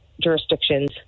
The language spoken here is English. jurisdictions